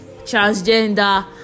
transgender